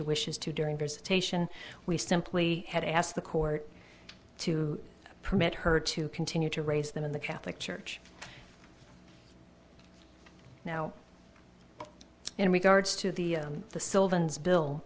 wishes to during visitation we simply had asked the court to permit her to continue to raise them in the catholic church now in regards to the the sylvan bill